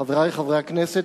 חברי חברי הכנסת,